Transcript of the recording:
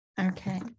Okay